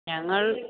ഞങ്ങൾ